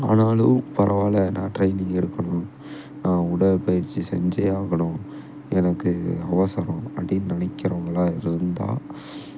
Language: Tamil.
ஆனாலும் பரவாயில்லை நான் ட்ரைனிங் எடுக்கணும் நான் உடல் பயிற்சி செஞ்சே ஆகணும் எனக்கு அவசரம் அப்படின்னு நினைக்கிறவங்கள்லா இருந்தால்